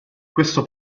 questo